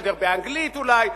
תשדר באנגלית אולי,